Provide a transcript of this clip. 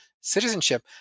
citizenship